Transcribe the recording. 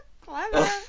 clever